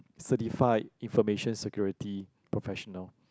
certified information security professional